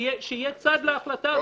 שיהיה צד להחלטה הזו.